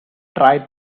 tried